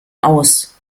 aus